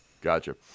Gotcha